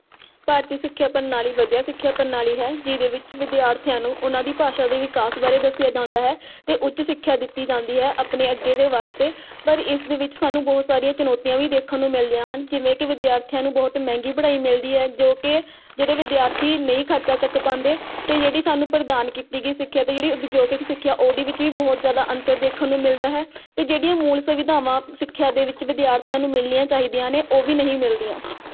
ਭਾਰਤੀ ਸਿੱਖਿਆ ਪ੍ਰਣਾਲੀ ਵਧੀਆ ਸਿੱਖਿਆ ਪ੍ਰਣਾਲੀ ਹੈ ਜਿਹਦੇ ਵਿੱਚ ਵਿਦਿਆਰਥੀਆਂ ਨੂੰ ਉਨ੍ਹਾਂ ਦੀ ਭਾਸ਼ਾ ਦੇ ਵਿਕਾਸ ਬਾਰੇ ਦੱਸਿਆ ਜਾਂਦਾ ਹੈ ਅਤੇ ਉੱਚ ਸਿੱਖਿਆ ਦਿੱਤੀ ਜਾਂਦੀ ਹੈ ਆਪਣੇ ਅੱਗੇ ਦੇ ਵਾਸਤੇ ਪਰ ਇਸ ਦੇ ਵਿੱਚ ਸਾਨੂੰ ਬਹੁਤ ਸਾਰੀਆਂ ਚੁਣੌਤੀਆਂ ਵੀ ਦੇਖਣ ਨੂੰ ਮਿਲਦੀਆਂ ਹਨ ਜਿਵੇਂ ਕਿ ਵਿਦਿਆਰਥੀਆਂ ਨੂੰ ਬਹੁਤ ਮਹਿੰਗੀ ਪੜ੍ਹਾਈ ਮਿਲਦੀ ਹੈ ਜੋ ਕਿ ਜਿਹੜੇ ਵਿਦਿਆਰਥੀ ਨਹੀਂ ਖਰਚਾ ਚੱਕ ਪਾਉਂਦੇ ਅਤੇ ਜਿਹੜੀ ਸਾਨੂੰ ਪ੍ਰਦਾਨ ਕੀਤੀ ਗਈ ਸਿੱਖਿਆ ਅਤੇ ਜਿਹੜੀ ਉਦਯੋਗਿਕ ਸਿੱਖਿਆ ਉਹਦੇ ਵਿੱਚ ਵੀ ਬਹੁਤ ਜ਼ਿਆਦਾ ਅੰਤਰ ਦੇਖਣ ਨੂੰ ਮਿਲਦਾ ਹੈ ਅਤੇ ਜਿਹੜੀਆਂ ਮੂਲ ਸੁਵਿਧਾਵਾਂ ਸਿੱਖਿਆ ਦੇ ਵਿੱਚ ਵਿਦਿਆਰਥੀਆਂ ਨੂੰ ਮਿਲਣੀਆਂ ਚਾਹੀਦੀਆਂ ਨੇ ਓਹ ਵੀ ਨਹੀਂ ਮਿਲਦੀਆਂ